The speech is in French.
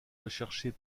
recherchés